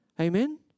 Amen